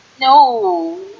no